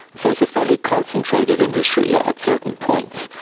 so it's a fairly concentrated industry at certain points,